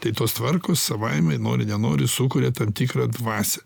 tai tos tvarkos savaime nori nenori sukuria tam tikrą dvasią